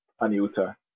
Aniuta